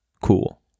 cool